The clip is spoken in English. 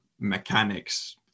mechanics